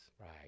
Right